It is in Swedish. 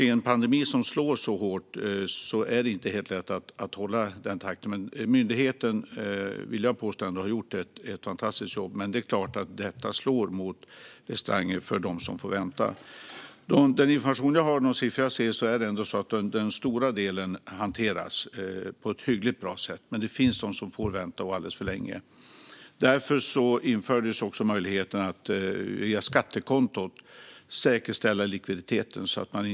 I en pandemi som slår så hårt är det klart att det inte är helt lätt att hålla takten uppe. Men jag vill ändå påstå att myndigheterna har gjort ett fantastiskt jobb. Men det är klart att detta slår mot de restauranger som får vänta. Enligt den information jag har och de siffror jag ser hanteras ändå den stora delen på ett hyggligt sätt. Men det finns de som får vänta alldeles för länge. Därför infördes också möjligheten att säkerställa likviditeten via skattekontot.